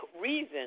reason